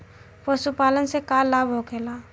पशुपालन से का लाभ होखेला?